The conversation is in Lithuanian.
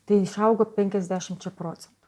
tai išaugo penkiasdešimčia procentų